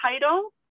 title